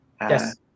Yes